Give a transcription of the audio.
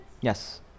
Yes